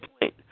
point